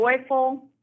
joyful